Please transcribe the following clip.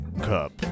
Cup